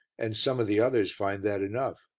and some of the others find that enough.